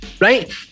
Right